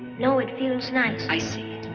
no. it feels nice. i see.